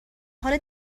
حال